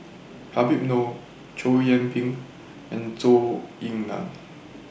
Habib Noh Chow Yian Ping and Zhou Ying NAN